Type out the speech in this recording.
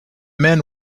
men